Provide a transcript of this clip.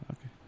Okay